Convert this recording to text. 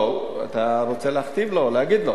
לא, אתה רוצה להכתיב לו, להגיד לו.